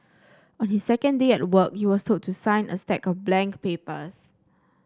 on his second day at work he was told to sign a stack of blank papers